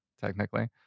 technically